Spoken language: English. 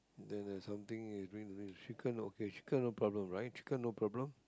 then there's something is doing okay chicken no problem right chicken no problem